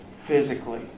physically